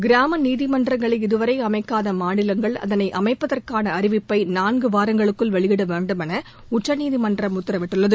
கிராம நீதிமன்றங்களை இதுவரை அமைக்காத மாநிலங்கள் அதனை அமைப்பதற்கான அறிவிப்பை நான்கு வாரங்களுக்குள் வெளியிட வேண்டும் என உச்சநீதிமன்றம் உத்தரவிட்டுள்ளது